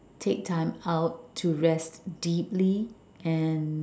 take time out to rest deeply and